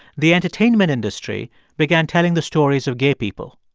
the entertainment industry began telling the stories of gay people.